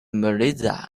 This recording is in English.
melissa